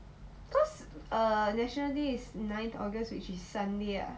cause err national day is ninth august which is sunday ah